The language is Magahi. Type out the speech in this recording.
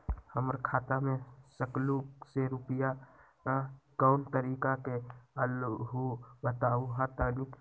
हमर खाता में सकलू से रूपया कोन तारीक के अलऊह बताहु त तनिक?